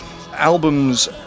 Albums